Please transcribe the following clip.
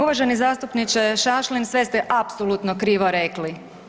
Uvaženi zastupniče Šašlin, sve ste apsolutno krivo rekli.